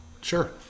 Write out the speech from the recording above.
Sure